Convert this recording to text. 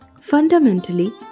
Fundamentally